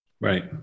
Right